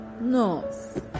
nose